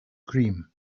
cream